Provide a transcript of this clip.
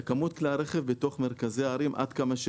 שניתן את כמות כלי הרכב בתוך מרכזי הערים.